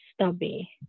stubby